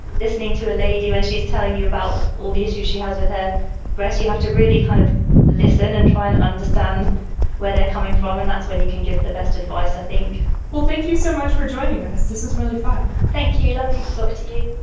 listening to a lady, when and she's telling you about all the issues she has with her breast. you have to really kind of listen and try and understand where they're coming from. and that's when you can give the best advice, i think well, thank you so much for joining us. this is really fun. thank you. lovely to talk to you